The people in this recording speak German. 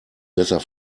besser